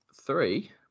three